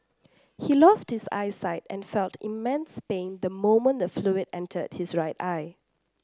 he lost his eyesight and felt immense pain the moment the fluid entered his right eye